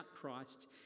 Christ